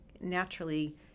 naturally